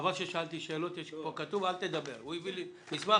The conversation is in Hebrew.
חבל ששאלתי כי הביאו לי פה מסמך,